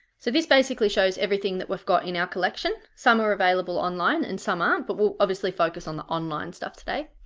so this basically shows everything that we've got in our collection, some are available online and some aren't but we'll obviously focus on the online stuff today.